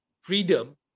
freedom